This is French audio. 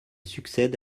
succède